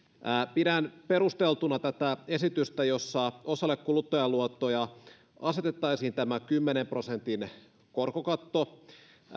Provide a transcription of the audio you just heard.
pidän perusteltuna tätä esitystä jossa osalle kuluttajaluottoja asetettaisiin tämä kymmenen prosentin korkokatto